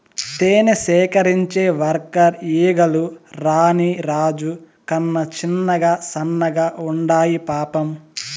తేనె సేకరించే వర్కర్ ఈగలు రాణి రాజు కన్నా చిన్నగా సన్నగా ఉండాయి పాపం